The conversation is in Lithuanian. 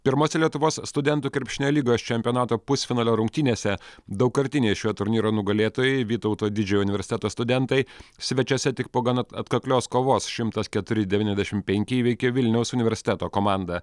pirmose lietuvos studentų krepšinio lygos čempionato pusfinalio rungtynėse daugkartiniai šio turnyro nugalėtojai vytauto didžiojo universiteto studentai svečiuose tik po gana atkaklios kovos šimtas keturi devyniasdešimt penki įveikė vilniaus universiteto komandą